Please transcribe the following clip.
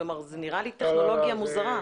זה נראה לי טכנולוגיה מוזרה.